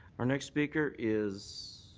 our next speaker is